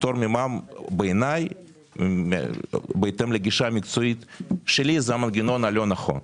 פטור ממע"מ בעיני בהתאם לגישה המקצועית שלי זה מנגנון לא נכון.